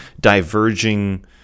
diverging